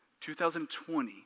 2020